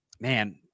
man